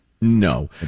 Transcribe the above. No